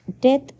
death